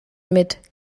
mit